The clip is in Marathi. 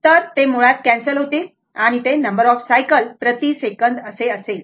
तर ते मुळात कॅन्सल होतील ते नंबर ऑफ सायकल प्रति सेकंद असतील